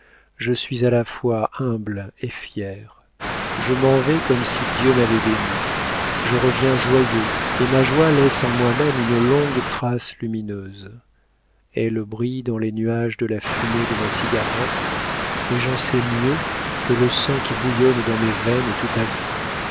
je suis à la fois humble et fier je m'en vais comme si dieu m'avait béni je reviens joyeux et ma joie laisse en moi-même une longue trace lumineuse elle brille dans les nuages de la fumée de ma cigarette et j'en sais mieux que le sang qui bouillonne dans mes veines est tout à vous